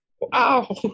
Wow